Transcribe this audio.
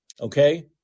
okay